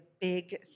big